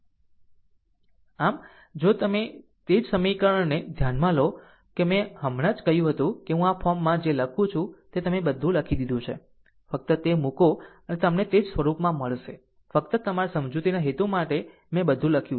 આમ આમ જો તમે તે જ સમીકરણને ધ્યાનમાં લો કે મેં હમણાં જ કહ્યું હતું કે હું આ ફોર્મમાં જે લખું છું તે તમે લખી દીધું છે ફક્ત તે મૂકો અને તમને તે જ સ્વરૂપમાં મળશે ફક્ત તમારા સમજૂતીના હેતુ માટે મેં બધું લખ્યું